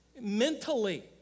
mentally